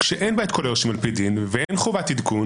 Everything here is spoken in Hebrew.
שאין בה את כל היורשים על-פי דין, ואין חובת עדכון